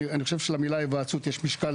אני חושב שלמילה "היוועצות" יש משקל